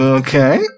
okay